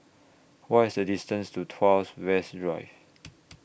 What IS The distance to Tuas West Rive